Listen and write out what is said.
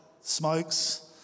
smokes